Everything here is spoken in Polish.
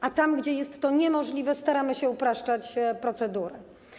A tam, gdzie jest to niemożliwe, staramy się upraszczać procedury.